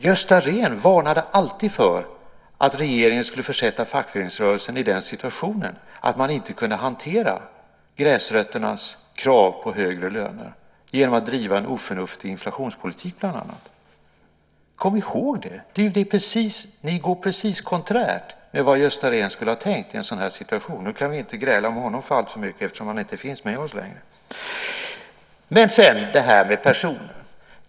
Gösta Rehn varnade alltid för att regeringen skulle försätta fackföreningsrörelsen i den situationen att man inte kunde hantera gräsrötternas krav på högre löner genom att driva en oförnuftig inflationspolitik bland annat. Kom ihåg det! Ni går precis konträrt med vad Gösta Rehn skulle ha tänkt i en sådan här situation. Nu kan vi inte gräla om honom alltför mycket eftersom han inte finns med oss längre. Sedan vill jag kommentera det här med person.